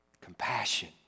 Compassion